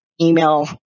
email